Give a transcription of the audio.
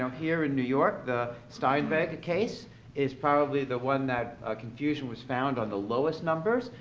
here, in new york, the steinweg case is probably the one that confusion was found on the lowest numbers,